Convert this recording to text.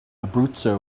abruzzo